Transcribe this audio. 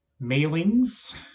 mailings